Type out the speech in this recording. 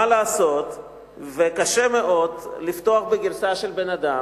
מה לעשות שקשה מאוד לבטוח בגרסה של בן-אדם